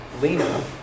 Lena